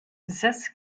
zes